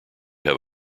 have